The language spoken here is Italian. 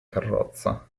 carrozza